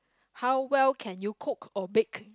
how well can you cook or bake